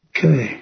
Okay